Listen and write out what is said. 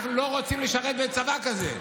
אנחנו לא רוצים לשרת בצבא כזה.